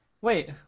Wait